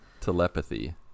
telepathy